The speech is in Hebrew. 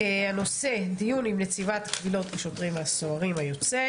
הנושא: דיון עם נציבת קבילות השוטרים והסוהרים היוצאת: